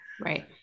Right